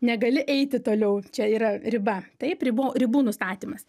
negali eiti toliau čia yra riba taip ribo ribų nustatymas